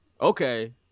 Okay